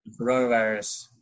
coronavirus